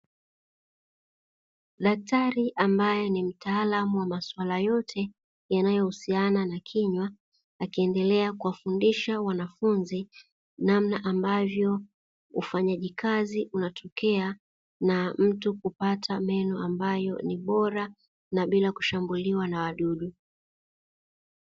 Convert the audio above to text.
Daktari ambae ni mtaalamu wa maswala yote yanayohusiana na kinywa, akiendelea kuwafundisha wanafunzi namna ambavyo ufanyaji kazi unatokea na mtu kupata meno ambayo ni bora na bila kushambuliwa na wadudu.